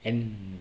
and